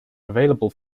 available